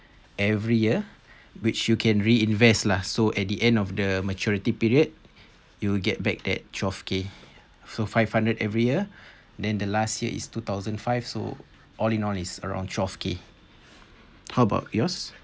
every year which you can reinvest lah so at the end of the maturity period you'll get back that twelve K for five hundred every year then the last year is two thousand five so all in all is around twelve K how about yours